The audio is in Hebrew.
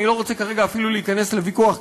אני לא רוצה כרגע אפילו להיכנס לוויכוח,